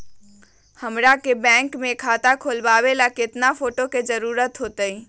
हमरा के बैंक में खाता खोलबाबे ला केतना फोटो के जरूरत होतई?